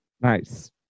Nice